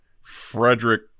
frederick